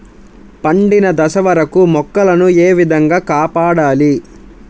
పండిన దశ వరకు మొక్కల ను ఏ విధంగా కాపాడాలి?